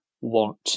want